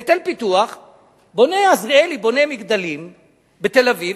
עזריאלי בונה מגדלים בתל-אביב,